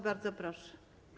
Bardzo proszę.